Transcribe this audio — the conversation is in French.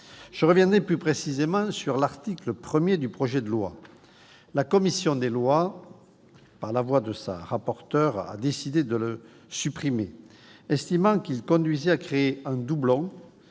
Je reviendrai plus précisément sur l'article 1 du projet de loi. La commission des lois, par la voix de sa rapporteur, a décidé de le supprimer, estimant qu'il conduisait à créer un doublon